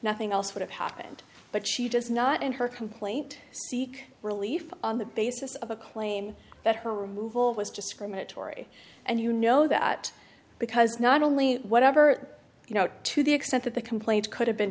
nothing else would have happened but she does not in her complaint seek relief on the basis of a claim that her removal was discriminatory and you know that because not only whatever you know to the extent that the complaint could have been